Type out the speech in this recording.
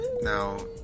Now